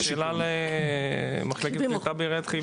אז אולי זה שאלה למחלקת קליטה בעירייה חיפה.